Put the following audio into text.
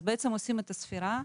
אז עושים את הספירה,